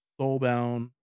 soulbound